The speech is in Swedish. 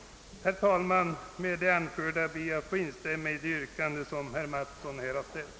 Herr talman! Med det anförda ber jag att få instämma i det yrkande som herr Mattsson ställde.